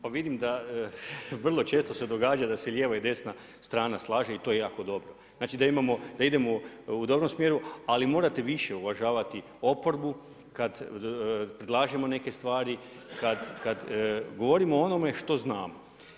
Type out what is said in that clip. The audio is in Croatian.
Pa vidim da vrlo često se događa da se lijeva i desna strana slaže i to je jako dobro, znači da idemo u dobrom smjeru, ali morate više uvažavati oporbu kada predlažemo neke stvari, kada govorimo o onome što znamo.